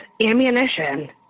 ammunition